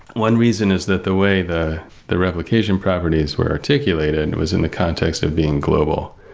one reason is that the way the the replication properties were articulated was in the context of being global,